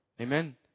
Amen